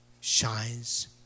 shines